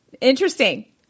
interesting